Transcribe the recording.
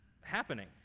happening